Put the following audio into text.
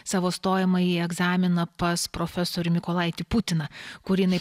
savo stojamąjį egzaminą pas profesorių mykolaitį putiną kur jinai